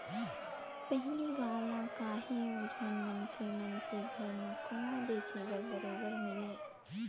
पहिली गाँव म काहेव झन मनखे मन के घर म कुँआ देखे बर बरोबर मिलय